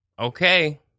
okay